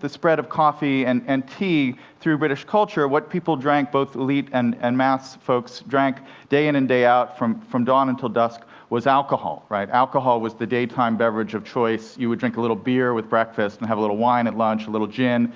the spread of coffee and and tea through british culture, what people drank both elite and and mass folks drank day in and day out, from from dawn until dusk, was alcohol. alcohol was the daytime beverage of choice. you would drink a little beer with breakfast and have a little wine at lunch, a little gin,